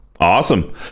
Awesome